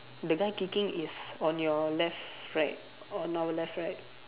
the guy kicking is on your left right or on our left right